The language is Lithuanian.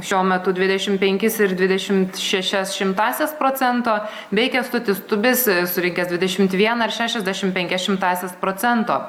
šiuo metu dvidešimt penkis ir dvidešimt šešias šimtąsias procento bei kęstutis tubis surinkęs dvidešimt vieną ir šešiasdešimt penkias šimtąsias procento